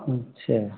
चे